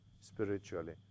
spiritually